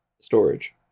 storage